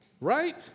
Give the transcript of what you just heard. right